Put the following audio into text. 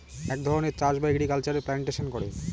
এক ধরনের চাষ বা এগ্রিকালচারে প্লান্টেশন করে